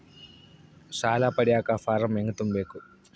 ಸಾಲ ಪಡಿಯಕ ಫಾರಂ ಹೆಂಗ ತುಂಬಬೇಕು?